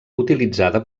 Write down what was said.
utilitzada